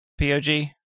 POG